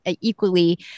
equally